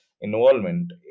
involvement